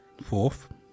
Fourth